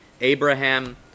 Abraham